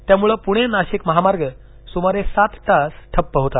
त्यामुळे पुणे नाशिक महामार्ग सुमारे सात तास ठप्प होता